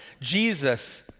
Jesus